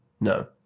No